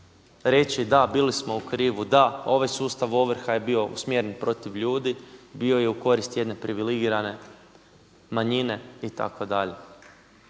reći da, bili smo u krivu, da ovaj sustav ovrha je bio usmjeren protiv ljudi, bio je u korist jedne privilegirane manjine itd..